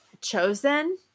chosen